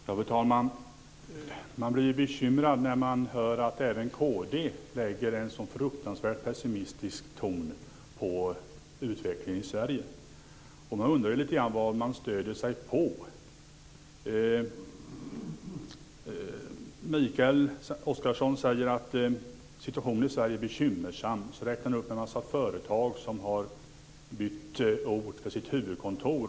Fru talman! Man blir bekymrad när man hör att även kd lägger en så fruktansvärt pessimistisk ton när det gäller utvecklingen i Sverige. Man undrar lite grann vad man stöder sig på. Mikael Oscarsson säger att situationen i Sverige är bekymmersam. Så räknar han upp en massa företag som har bytt ort för sitt huvudkontor.